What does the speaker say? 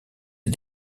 est